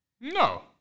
No